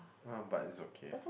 ah but it's okay ah